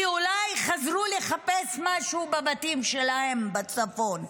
כי אולי הם חזרו לחפש משהו בבתים שלהם בצפון,